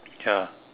ya